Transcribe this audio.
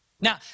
Now